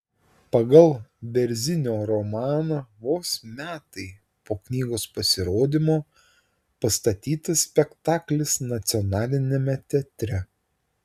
pagal bėrzinio romaną vos metai po knygos pasirodymo pastatytas spektaklis nacionaliniame teatre